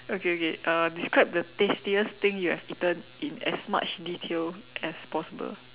okay okay uh describe the tastiest thing you have eaten in as much detail as possible